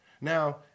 Now